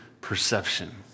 perception